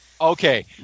Okay